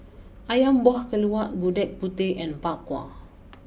Ayam Buah Keluak Gudeg Putih and Bak Kwa